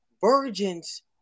virgins